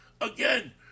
again